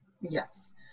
Yes